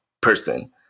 person